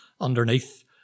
underneath